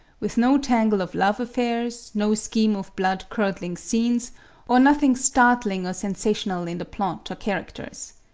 with no tangle of love affairs, no scheme of blood-curdling scenes or nothing startling or sensational in the plot or characters.